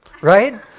Right